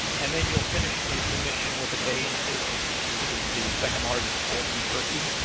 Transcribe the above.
and then youill finish the the mission with a day in izmir which is the second largest port in turkey.